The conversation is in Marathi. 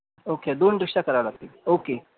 ओके दोन रिक्षा कराव्या लागतील ओके